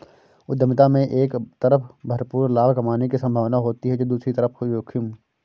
उद्यमिता में एक तरफ भरपूर लाभ कमाने की सम्भावना होती है तो दूसरी तरफ जोखिम